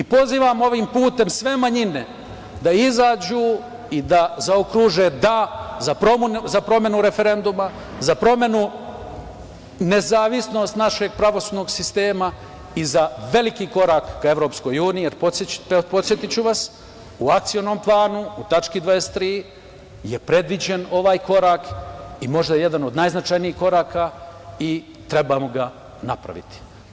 Pozivam ovim putem sve manjine da izađu i da zaokruže – da, za promenu referenduma, za promenu nezavisnost našeg pravosudnog sistema i za veliki korak ka EU, jer podsetiću vas u Akcionom planu u tački 23. je predviđen ovaj korak i možda jedan od najznačajnijih koraka i trebamo ga napraviti.